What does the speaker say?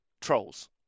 trolls